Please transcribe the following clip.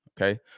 okay